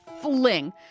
fling